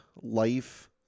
life